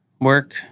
work